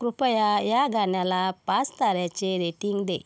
कृपया या गाण्याला पाच ताऱ्याचे रेटिंग दे